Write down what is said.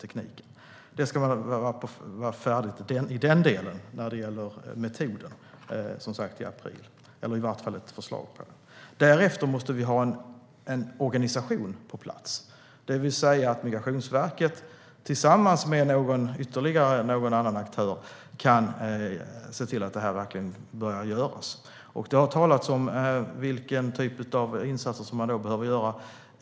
Arbetet ska vara färdigt när det gäller metoden i april - i varje fall ska det finnas ett förslag. Därefter måste det komma en organisation på plats. Migrationsverket tillsammans med någon ytterligare aktör ska se till att arbetet påbörjas. Det har talats om vilken typ av insatser som behöver göras.